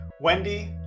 Wendy